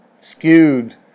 skewed